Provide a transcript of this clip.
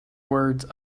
words